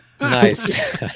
Nice